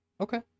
okay